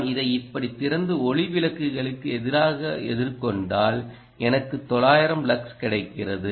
நான் இதை இப்படி திறந்து ஒளி விளக்குகளுக்கு எதிராக எதிர்கொண்டால் எனக்கு 900 லக்ஸ் கிடைக்கிறது